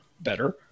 better